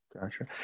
Gotcha